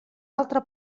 altre